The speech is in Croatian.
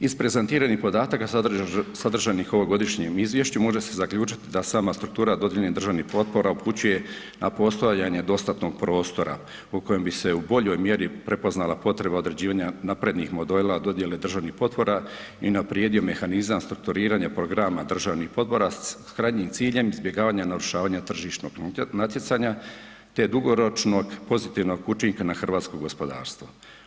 Iz prezentiranih podataka sadržanih u ovom godišnjem izvješću, može se zaključiti da sama struktura dodijeljenih državnih potpora upućuje na postojanje dostatnog prostora u kojem bi se u boljoj mjeri prepoznala potreba određivanja naprednih modela dodjele državnih potpora i unaprijedio mehanizam strukturiranja programa državnih potpora sa krajnjim ciljem izbjegavanja narušavanja tržišnog natjecanja te dugoročnog pozitivnog učinka na hrvatsko gospodarstvo.